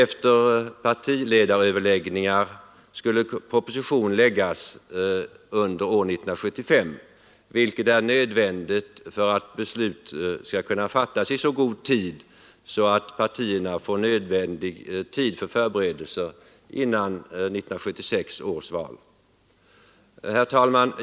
Efter partiledaröverläggningar skulle sedan proposition framläggas under år 1975, vilket är nödvändigt för att beslut skall kunna fattas i så god tid att partierna får nödvändig tid för förberedelser inför valet 1976. Herr talman!